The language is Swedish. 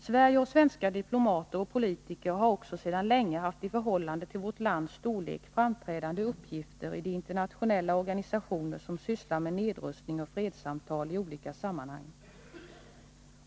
Sverige och svenska diplomater och politiker har också sedan länge haft i förhållande till vårt lands storlek framträdande uppgifter i de internationella organisationer som sysslar med nedrustning och fredssamtal i olika sammanhang.